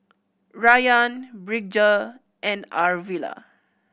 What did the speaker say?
Rayan Bridger and Arvilla